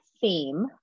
theme